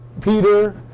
Peter